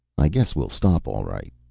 i guess we'll stop all right,